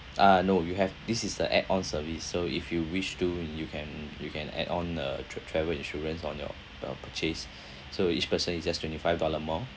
uh no you have this is a add on service so if you wish to you can you can add on uh tra~ travel insurance on your your purchase so each person is just twenty five dollar more